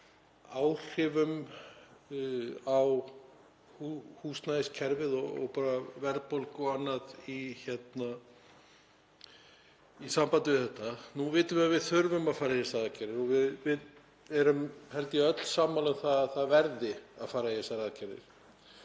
áhrifum á húsnæðiskerfið og verðbólgu og annað í sambandi við þetta. Nú vitum við að við þurfum að fara í þessar aðgerðir og við erum held ég öll sammála um að það verði að fara í þessar aðgerðir.